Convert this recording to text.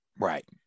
Right